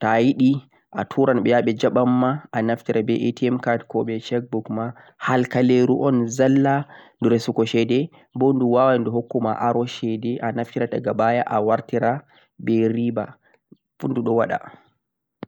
toh a yidi a turan be yaa be jaban ma a naftire be ATM card ko be cheque book ma har kaleruu o'n zalla duroo saku cede boh doo waawan hokku a aroon cede a naftire daga baya a wartiran be riba don wada